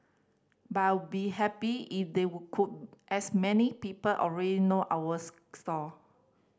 but I would be happy if they would could as so many people already know our stall